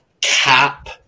cap